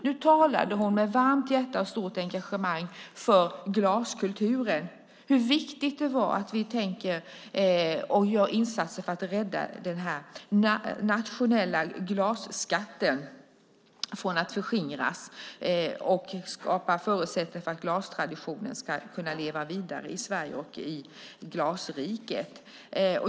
Nu talade hon med varmt hjärta och stort engagemang för glaskulturen och hur viktigt det är att vi tänker på den och gör insatser för att rädda den här nationella glasskatten från att skingras. Det är viktigt att vi skapar förutsättningar för att glastraditionen ska kunna leva vidare i Sverige och i Glasriket.